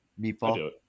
meatball